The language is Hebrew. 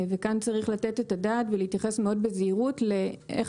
וכאן צריך לתת את הדעת ולהתייחס מאוד בזהירות לאיך